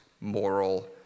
moral